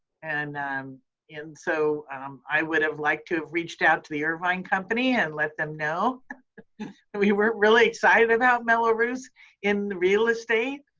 and um so i would have liked to have reached out to the irvine company and let them know that we were really excited about mello-roos in real estate,